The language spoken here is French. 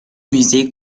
musée